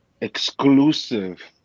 exclusive